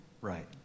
Right